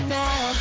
now